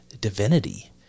divinity